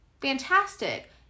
fantastic